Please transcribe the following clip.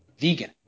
vegan